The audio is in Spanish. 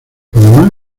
panamá